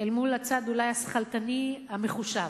אל מול הצד אולי השכלתני המחושב.